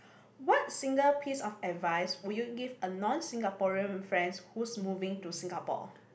what single piece of advice would you give a non Singaporean friend who's moving to Singapore